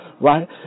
right